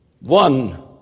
One